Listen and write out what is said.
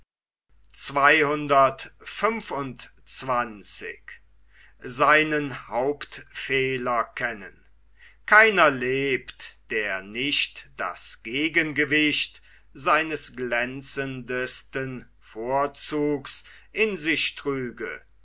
keiner lebt der nicht das gegengewicht seines glänzendesten vorzugs in sich trüge